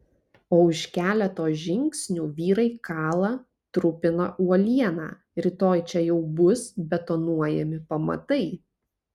o už keleto žingsnių vyrai kala trupina uolieną rytoj čia jau bus betonuojami pamatai